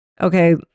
okay